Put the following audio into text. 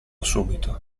subito